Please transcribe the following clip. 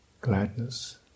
gladness